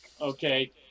Okay